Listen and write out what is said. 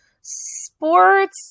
sports